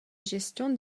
gestion